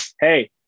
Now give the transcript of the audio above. Hey